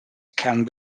can